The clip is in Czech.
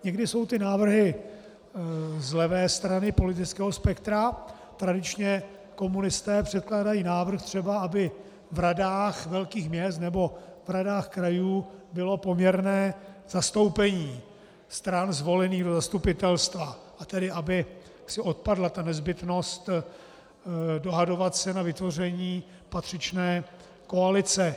Někdy jsou ty návrhy z levé strany politického spektra, tradičně komunisté předkládají třeba návrh, aby v radách velkých měst nebo v radách krajů bylo poměrné zastoupení stran zvolených do zastupitelstva, a tedy aby odpadla nezbytnost dohadovat se na vytvoření patřičné koalice.